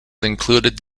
included